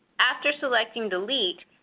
after selecting delete,